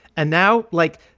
and now, like,